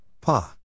Pa